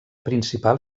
principal